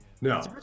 No